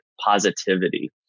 positivity